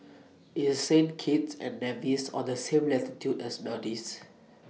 IS Saint Kitts and Nevis on The same latitude as Maldives